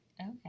Okay